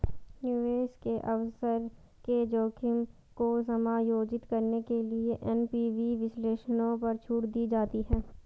निवेश के अवसर के जोखिम को समायोजित करने के लिए एन.पी.वी विश्लेषणों पर छूट दी जाती है